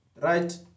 right